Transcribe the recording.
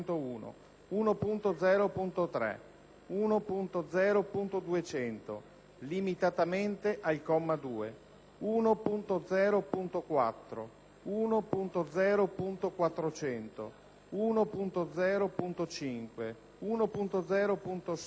1.0.200 (limitatamente al comma 2), 1.0.4, 1.0.400, 1.0.5, 1.0.6, 1.0.7,